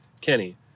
Kenny